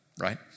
right